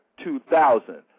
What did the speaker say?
2000